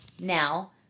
now